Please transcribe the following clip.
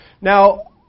Now